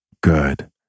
Good